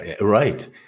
Right